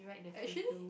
actually